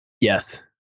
Yes